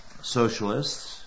socialists